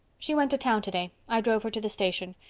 she went to town today i drove her to the station.